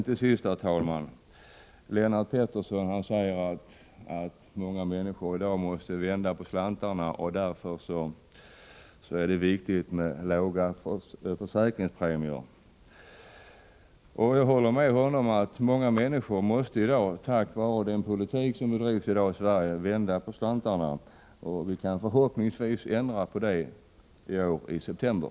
Till sist, herr talman, vill jag beröra vad Lennart Pettersson sade om att många människor i dag måste vända på slantarna och att det därför är viktigt med låga försäkringspremier. Jag håller med honom om att många människor, på grund av den politik som bedrivs i dag i Sverige, måste vända på slantarna. Vi kan förhoppningsvis ändra på det i september.